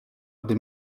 gdy